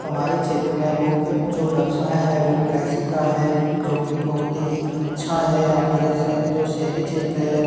हमारे क्षेत्र में मुख्य जो व्यवसाय है वो कृषि का है जो की बहुत ही अच्छा है हमारे जो शहरी क्षेत्र है